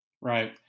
Right